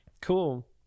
Cool